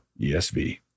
ESV